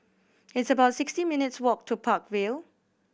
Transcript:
it's about sixty minutes' walk to Park Vale